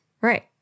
Right